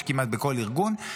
יש כמעט בכל ארגון,